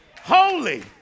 holy